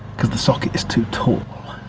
because the socket is too tall.